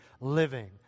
living